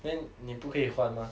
then 你不可以换嘛